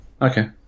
Okay